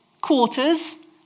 quarters